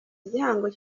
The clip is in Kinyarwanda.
igihango